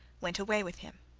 went away with him.